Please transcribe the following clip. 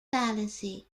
fallacy